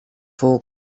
full